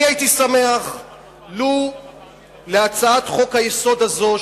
אני הייתי שמח לו להצעת חוק-היסוד הזאת,